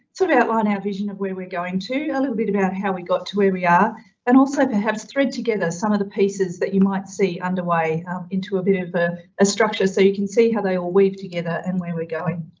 sort of outline our vision of where we're going to, a little bit about how we got to where we are and also perhaps thread together some of the pieces that you might see underway into a bit of of a structure so you can see how they all weave together and where we're going.